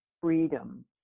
freedom